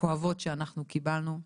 הכאובות שאנחנו קיבלנו,